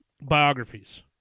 biographies